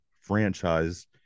franchise